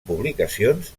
publicacions